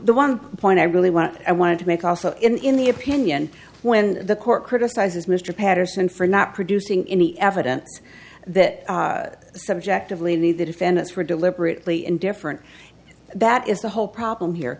the one point i really want i wanted to make also in the opinion when the court criticizes mr patterson for not producing any evidence that subjectively the defendants were deliberately indifferent that is the whole problem here